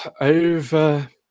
over